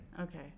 Okay